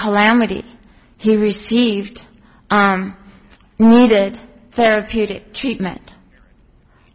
calamity he received needed therapeutic treatment